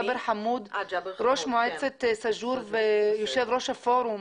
ג'אבר חמוד, ראש מועצת סאג'ור ויו"ר הפורום.